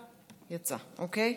יצא, אוקיי.